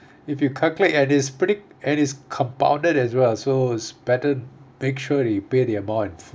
if you calculate at this predict and is compounded as well so better make sure you pay the amount and